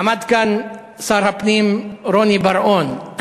עמד כאן שר הפנים רוני בר-און,